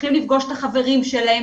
צריכים לפגוש את החברים שלהם,